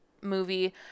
movie